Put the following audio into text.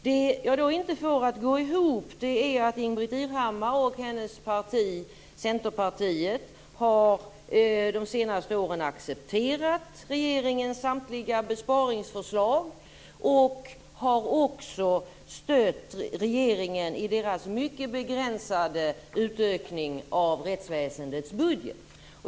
Det jag inte får att gå ihop är att Ingbritt Irhammar och hennes parti, Centerpartiet, de senaste åren accepterat regeringens samtliga besparingsförslag och har också stött regeringen i dess mycket begränsade utökning av rättsväsendets budget.